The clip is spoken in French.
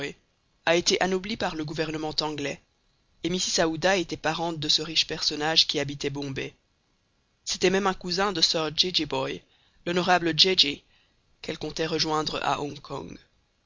a été anobli par le gouvernement anglais et mrs aouda était parente de ce riche personnage qui habitait bombay c'était même un cousin de sir jejeebhoy l'honorable jejeeh qu'elle comptait rejoindre à